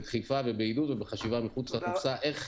בדחיפה ובעידוד ובחשיבה מחוץ לקופסה איך